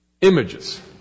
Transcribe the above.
Images